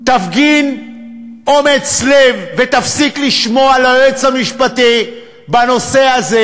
תפגין אומץ לב ותפסיק לשמוע ליועץ המשפטי בנושא הזה.